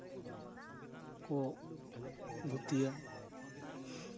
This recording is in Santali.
ᱠᱚ ᱫᱷᱩᱛᱤᱭᱟ